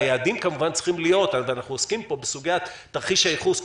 והיעדים כמובן צריכים להיות אנחנו עוסקים כמובן בסוגיית תרחיש הייחוס.